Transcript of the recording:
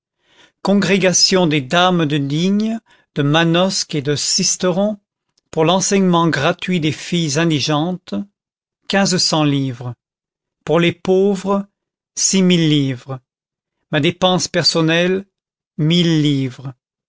congrégation des dames de digne de manosque et de sisteron pour l'enseignement gratuit des filles indigentes quinze cents livres pour les pauvres six mille livres ma dépense personnelle mille livres